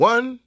One